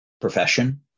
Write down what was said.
profession